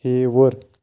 ہیوور